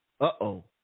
uh-oh